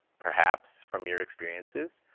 perhaps from your experiences,